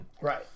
right